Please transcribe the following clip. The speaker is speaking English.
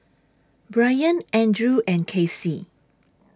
Brian Andrew and Kacey